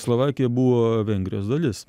slovakija buvo vengrijos dalis